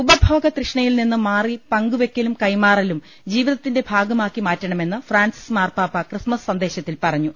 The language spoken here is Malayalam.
ഉപഭോഗ തൃഷ്ണയിൽ നിന്ന് മാറി പങ്കുവെക്കലും കൈമാറലും ജീവി തത്തിന്റെ ഭാഗമാക്കി മാറ്റണമെന്ന് ഫ്രാൻസിസ് മാർപ്പാപ്പ ക്രിസ്മസ് സന്ദേ ശത്തിൽ ്പറഞ്ഞു